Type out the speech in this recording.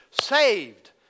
saved